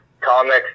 comics